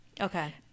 okay